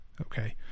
Okay